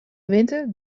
winter